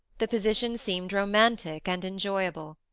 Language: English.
the position seemed romantic and enjoyable.